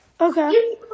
Okay